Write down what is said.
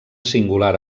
singular